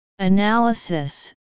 Analysis